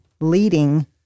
leading